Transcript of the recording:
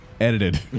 edited